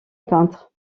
peintre